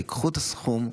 קחו את הסכום,